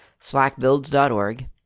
slackbuilds.org